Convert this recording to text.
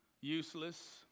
useless